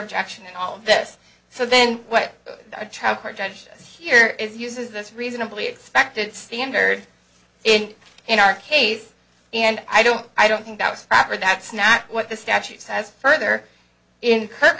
objection all of this so then what a trial court judge here is uses this reasonably expected standard it in our case and i don't i don't think that was proper that's not what the statute says further inc